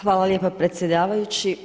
Hvala lijepa predsjedavajući.